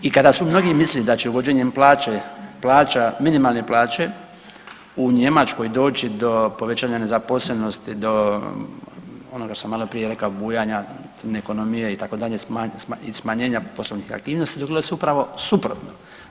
I kada su mnogi mislili da će uvođenjem plaće, plaća minimalne plaće u Njemačkoj doći do povećanja nezaposlenosti do onoga što sam maloprije rekao bujanja ekonomije itd. i smanjenja poslovnih aktivnosti dogodilo se upravo suprotno.